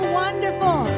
wonderful